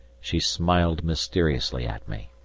she smiled mysteriously at me.